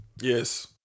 Yes